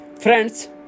friends